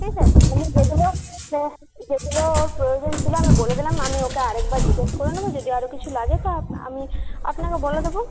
ঠিক আছে আমি যেগুলো যেগুলো ওর প্রয়োজন ছিল আমি বলে দিলাম আমি ওকে আর একবার জিজ্ঞেস করে নেব যদি আরও কিছু লাগে তো আমি আপনাকে বলে দেব